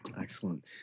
Excellent